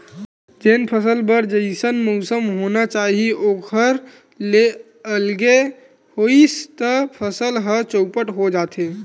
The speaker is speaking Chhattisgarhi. जेन फसल बर जइसन मउसम होना चाही ओखर ले अलगे होइस त फसल ह चउपट हो जाथे